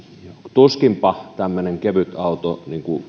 tuskinpa tämmöinen kevytauto